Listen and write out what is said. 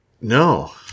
No